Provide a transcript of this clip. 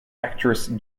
actress